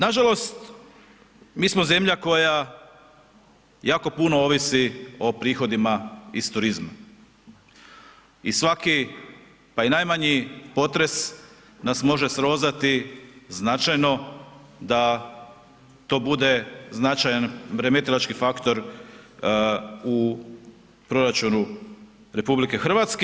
Nažalost, mi smo zemlja koja jako puno ovisi o prihodima iz turizma i svaki pa i najmanji potres nas može srozati značajno da to bude značajan, remetilački faktor u proračunu RH.